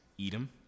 Edom